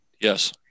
Yes